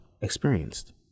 experienced